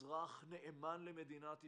אזרח נאמן למדינת ישראל,